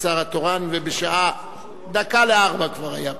השר התורן, ובשעה דקה ל-16:00 כבר היה פה.